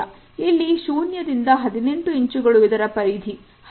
ಇಲ್ಲಿ ಶೂನ್ಯದಿಂದ 18 ಇಂಚುಗಳು ಇದರ ಪರಿಧಿ